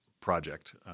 project